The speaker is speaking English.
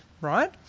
right